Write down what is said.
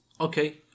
Okay